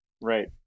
Right